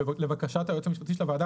לבקשת היועץ המשפטי של הוועדה